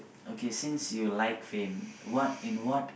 okay since you like fame what in what